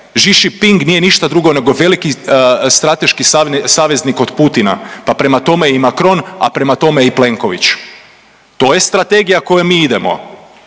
Xi Jinping nije ništa drugo nego veliki strateški saveznik od Putina, pa prema tome i Macron, a prema tome i Plenković. To je strategija kojoj mi idemo.